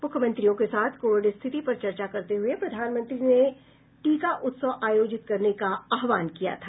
मुख्यमंत्रियों के साथ कोविड स्थिति पर चर्चा करते हुए प्रधानमंत्री ने टीका उत्सव आयोजित करने का आहवान किया था